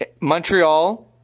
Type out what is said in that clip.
Montreal